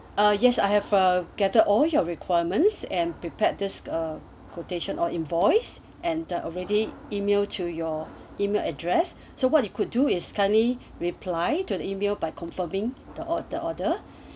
uh yes I have uh gather all your requirements and prepare this quotation or invoice and I already email to your email address so what you could do is kindly reply to the email by confirming the the order